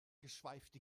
geschweifte